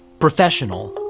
professional,